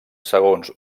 segons